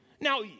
Now